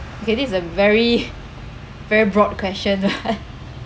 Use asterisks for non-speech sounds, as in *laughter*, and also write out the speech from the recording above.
okay this is a very *laughs* very broad question right *laughs*